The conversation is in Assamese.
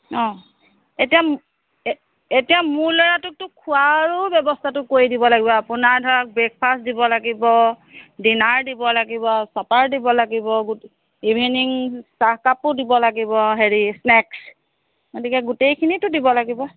অঁ এতিয়া এতিয়া মোৰ ল'ৰাটোকতো খোৱাৰো ব্যৱস্থাটো কৰি দিব লাগিব আপোনাৰ ধৰক ব্ৰেকফাষ্ট দিব লাগিব ডিনাৰ দিব লাগিব চাপাৰ দিব লাগিব ইভিনিঙ চাহকাপো দিব লাগিব হেৰি স্নেক্স গতিকে গোটেইখিনিতো দিব লাগিব